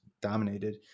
dominated